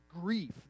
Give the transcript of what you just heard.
grief